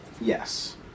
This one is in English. Yes